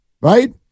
right